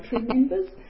members